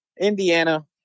Indiana